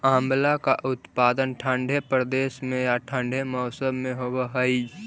आंवला का उत्पादन ठंडे प्रदेश में या ठंडे मौसम में होव हई